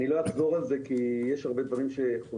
אני לא אחזור על זה כי יש הרבה דברים שחוזרים.